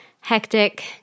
hectic